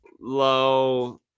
Low